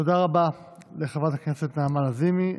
תודה רבה לחברת הכנסת נעמה לזימי.